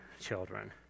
children